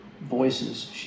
voices